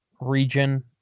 region